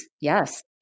Yes